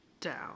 down